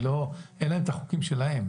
אין להם את החוקים שלהם.